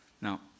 Now